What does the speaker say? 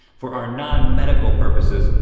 for our non-medical purposes,